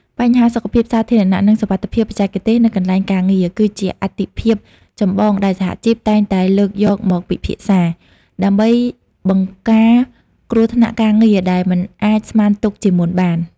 បញ្ហាសុខភាពសាធារណៈ និងសុវត្ថិភាពបច្ចេកទេសនៅកន្លែងការងារ គឺជាអាទិភាពចម្បងដែលសហជីពតែងតែលើកយកមកពិភាក្សា ដើម្បីបង្ការគ្រោះថ្នាក់ការងារដែលមិនអាចស្មានទុកជាមុនបាន។